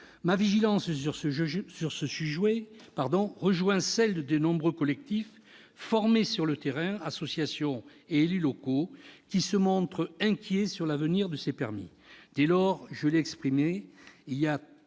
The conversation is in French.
Ma vigilance sur ce sujet rejoint celle des nombreux collectifs formés sur le terrain, associations et élus locaux, qui se montrent inquiets s'agissant de l'avenir de ces permis. Dès lors, je l'ai dit, il y a